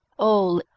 all,